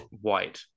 white